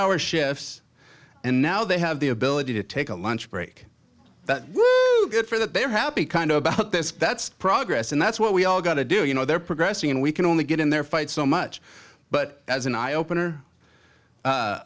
hour shifts and now they have the ability to take a lunch break for that they're happy kind of about this that's progress and that's what we all got to do you know they're progressing and we can only get in their fight so much but as an eye opener